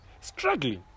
Struggling